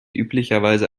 üblicherweise